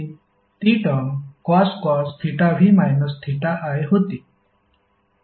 ती term cos v i होती